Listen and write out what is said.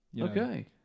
okay